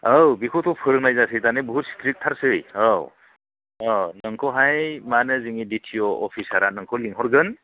औ बेखौथ' फोरोंनाय जासै बहुद स्ट्रिक थारसै औ नोंखौहाय मा होनो डिटिअ अफिसारा नोंखौ लिंहरगोन